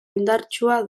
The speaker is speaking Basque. indartsua